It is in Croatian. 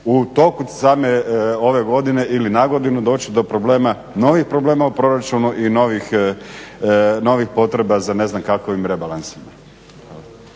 u toku same ove godine ili nagodinu doći do novih problema u proračunu i novih potreba za ne znam kakvim rebalansima?